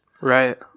Right